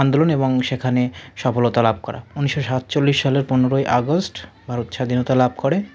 আন্দোলন এবং সেখানে সফলতা লাভ করা উনিশশো সাতচল্লিশ সালের পনেরোই আগস্ট ভারত স্বাধীনতা লাভ করে